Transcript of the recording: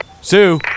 Sue